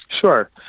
Sure